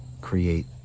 create